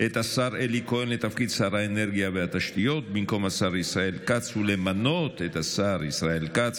את השר אלי כהן לתפקיד שר האנרגיה והתשתיות במקום השר ישראל כץ,